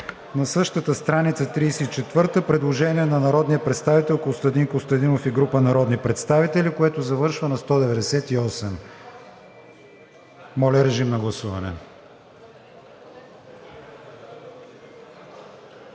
не е прието. Предложение на народния представител Костадин Костадинов и група народни представители, което завършва на 198. Моля, режим на гласуване.